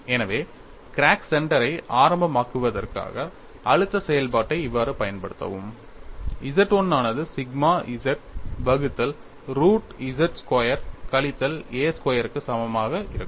எனவே கிராக் சென்டரை ஆரம்பம் ஆக்குவதற்காக அழுத்த செயல்பாட்டை இவ்வாறு பயன்படுத்தவும் Z 1 ஆனது சிக்மா z வகுத்தல் ரூட் z ஸ்கொயர் கழித்தல் a ஸ்கொயர் க்கு சமமாக இருக்கும்